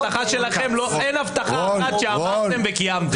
אין הבטחה אחת שעמדתם בה וקיימתם.